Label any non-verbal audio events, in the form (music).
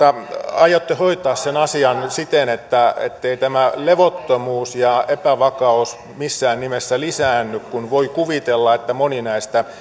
aiotte hoitaa sen asian siten etteivät nämä levottomuus ja epävakaus missään nimessä lisäänny kun voi kuvitella että moni näistä (unintelligible)